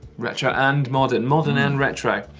retro and modern, modern and retro.